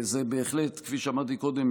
כפי שאמרתי קודם,